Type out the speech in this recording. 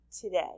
today